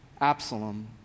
Absalom